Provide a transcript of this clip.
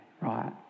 Right